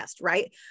Right